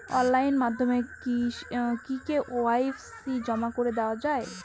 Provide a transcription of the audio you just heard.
Online মাধ্যমে কি KYC জমা করে দেওয়া য়ায়?